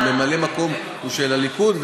ממלא המקום הוא של הליכוד,